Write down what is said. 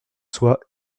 soit